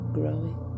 growing